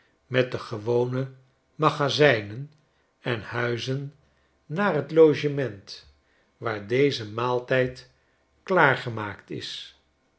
met de gewone magazijnen en huizen naar t logement waar deze maaltijd klaargemaakt is